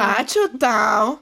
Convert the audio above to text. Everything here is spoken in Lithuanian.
ačiū tau